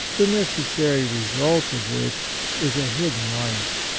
the necessary result of which is a hidden life.